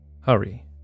hurry